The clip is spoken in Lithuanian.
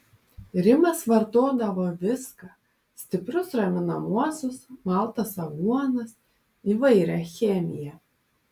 rimas vartodavo viską stiprius raminamuosius maltas aguonas įvairią chemiją